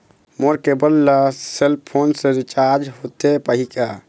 मोर cable ला cell phone से recharge होथे पाही का?